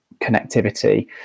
connectivity